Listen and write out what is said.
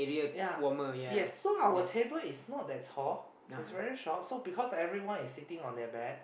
ya yes so our table is not that tall its very short because everyone is sitting at the back